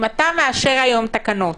אם אתה מאשר היום תקנות,